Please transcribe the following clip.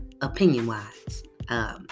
opinion-wise